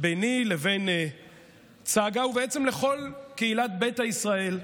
הזה ביני לבין צגה ובעצם עם כל קהילת ביתא ישראל,